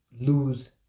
lose